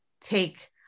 take